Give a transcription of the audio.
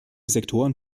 sektoren